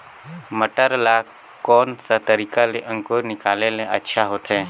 मटर ला कोन सा तरीका ले अंकुर निकाले ले अच्छा होथे?